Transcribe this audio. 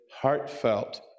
heartfelt